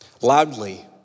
loudly